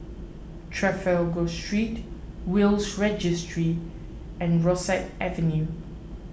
Trafalgar Street Will's Registry and Rosyth Avenue